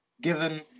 given